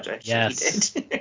yes